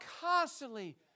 constantly